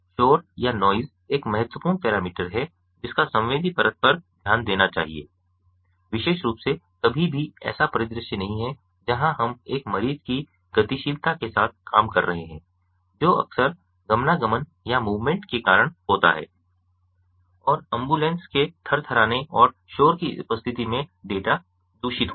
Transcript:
शोर एक महत्वपूर्ण पैरामीटर है जिसका संवेदी परत पर ध्यान देना चाहिए विशेष रूप से कभी भी ऐसा परिदृश्य नहीं है जहां हम एक मरीज की गतिशीलता के साथ काम कर रहे हैं जो अक्सर गमनागमन के कारण होता है और एम्बुलेंस के थरथराने और शोर कि उपस्थिति में डेटा दूषित होते हैं